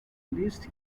least